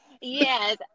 Yes